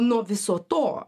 nuo viso to